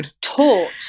taught